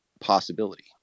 possibility